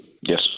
Yes